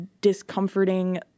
discomforting